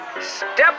Step